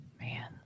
Man